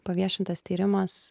paviešintas tyrimas